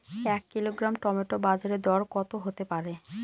এক kilogram tomato বাজের দরকত হতে পারে?